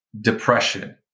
depression